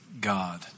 God